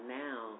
now